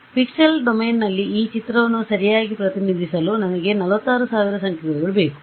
ಆದ್ದರಿಂದ ಪಿಕ್ಸೆಲ್ ಡೊಮೇನ್ನಲ್ಲಿpixel domain ಈ ಚಿತ್ರವನ್ನು ಸರಿಯಾಗಿ ಪ್ರತಿನಿಧಿಸಲು ನನಗೆ 46000 ಸಂಖ್ಯೆಗಳು ಬೇಕು